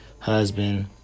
husband